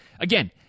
again